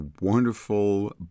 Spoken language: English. wonderful